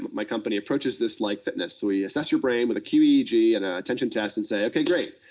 my company, approaches this like fitness. we assess your brain with a qeeg and an attention test, and say, okay, great.